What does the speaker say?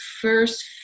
first